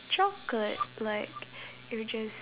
chocolate like it would just